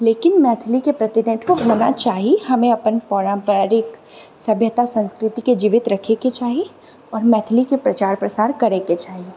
लेकिन मैथिलीके प्रतिनिधित्व होना चाही हमे अपन पारम्परिक सभ्यता सन्स्कृतिके जीवित राखएके चाही आओर मैथिलीके प्रचार प्रसार करएके चाही